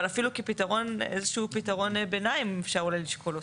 אבל אפילו איזשהו פתרון ביניים אם אפשר אולי לשקול אותו.